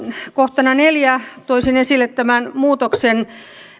kohtana neljä toisin esille tämän muutoksen